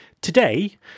Today